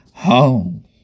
Home